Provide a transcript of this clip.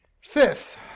Fifth